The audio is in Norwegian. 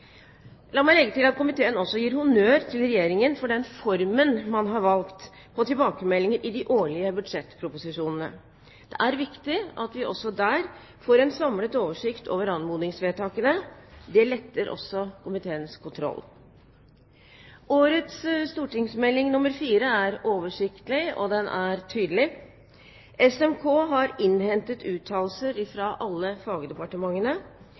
La meg legge til at komiteen også gir honnør til Regjeringen for den formen man har valgt på tilbakemeldinger i de årlige budsjettproposisjonene. Det er viktig at vi også der får en samlet oversikt over anmodningsvedtakene. Det letter også komiteens kontroll. Årets Meld. St. 4 er oversiktlig og tydelig. SMK har innhentet uttalelser fra alle fagdepartementene.